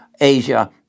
Asia